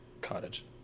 cottage